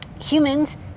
humans